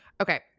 Okay